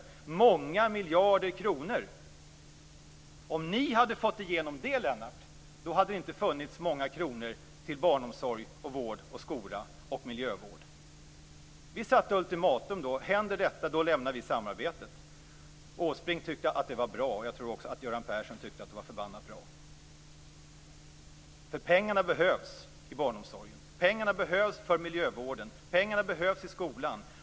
Det var fråga om många miljarder kronor. Om ni hade fått igenom det förslaget, Lennart Daléus, hade det inte funnits många kronor till barnomsorg, vård, skola och miljövård. Vi ställde ett ultimatum, dvs. om detta skulle hända skulle vi lämna samarbetet. Åsbrink tyckte att det var bra. Jag tror också att Göran Persson tyckte att det var förbannat bra. Pengarna behövs i barnomsorgen. Pengarna behövs för miljövården. Pengarna behövs i skolan.